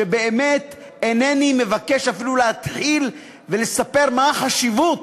ובאמת אינני מבקש אפילו להתחיל ולספר מה החשיבות,